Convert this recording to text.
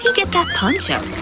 get that poncho?